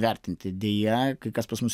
vertinti deja kai kas pas mus